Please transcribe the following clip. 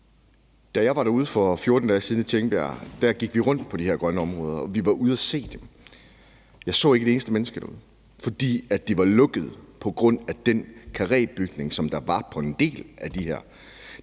Da jeg var derude for 14 dage siden, gik vi rundt i de her grønne områder og var ude at se dem. Jeg så ikke et eneste menneske derude, for der var lukket af på grund af den karrébygning, som der var på en del af dem.